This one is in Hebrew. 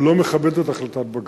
או לא מכבדת, החלטת בג"ץ.